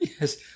yes